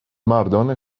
مردان